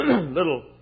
little